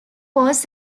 was